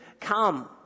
come